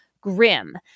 grim